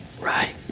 right